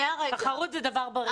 תחרות זה דבר בריא.